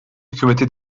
hükümeti